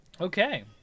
Okay